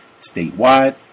Statewide